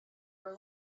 were